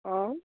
অঁ